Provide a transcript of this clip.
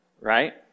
Right